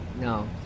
No